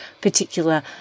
particular